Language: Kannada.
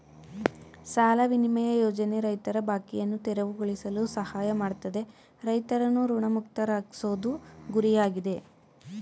ಸಾಲ ವಿನಿಮಯ ಯೋಜನೆ ರೈತರ ಬಾಕಿಯನ್ನು ತೆರವುಗೊಳಿಸಲು ಸಹಾಯ ಮಾಡ್ತದೆ ರೈತರನ್ನು ಋಣಮುಕ್ತರಾಗ್ಸೋದು ಗುರಿಯಾಗಿದೆ